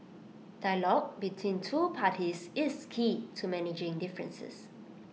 dialogue between two parties is key to managing differences